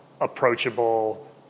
approachable